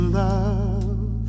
love